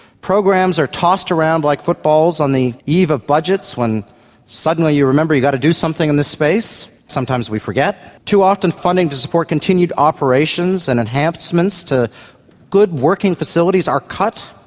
programs are tossed around like footballs on the eve of budgets when suddenly you remember you got to do something in this space. sometimes we forget. too often funding to support continued operations and enhancements to good working facilities are cut,